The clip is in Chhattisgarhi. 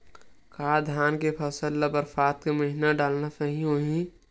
का धान के फसल ल बरसात के महिना डालना सही होही?